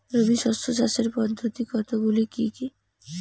রবি শস্য চাষের পদ্ধতি কতগুলি কি কি?